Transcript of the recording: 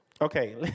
Okay